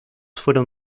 fueron